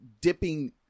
dipping